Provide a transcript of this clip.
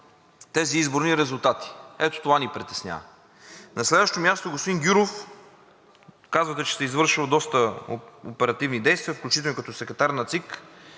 тези изборни резултати. Ето това ни притеснява. На следващо място, господин Гюров, казвате, че сте извършили доста оперативни действия, включително и като секретар на ЦИК,